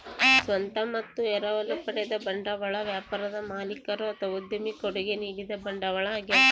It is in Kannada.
ಸ್ವಂತ ಮತ್ತು ಎರವಲು ಪಡೆದ ಬಂಡವಾಳ ವ್ಯಾಪಾರದ ಮಾಲೀಕರು ಅಥವಾ ಉದ್ಯಮಿ ಕೊಡುಗೆ ನೀಡಿದ ಬಂಡವಾಳ ಆಗ್ಯವ